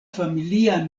familia